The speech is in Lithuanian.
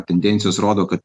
tendencijos rodo kad